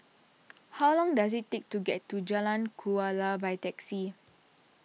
how long does it take to get to Jalan Kuala by taxi